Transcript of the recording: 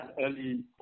early